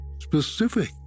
specific